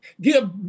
give